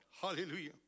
Hallelujah